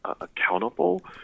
accountable